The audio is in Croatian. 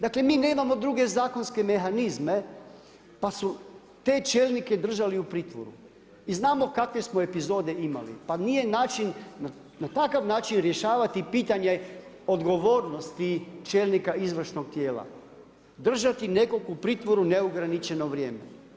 Dakle, mi nemamo druge zakonske mehanizme pa su te čelnike držali u pritvoru i znamo kakve smo epizode imali pa nije način na takav način rješavati pitanje odgovornosti čelnika izvršnog tijela, držati nekog u pritvoru neograničeno vrijeme.